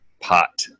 pot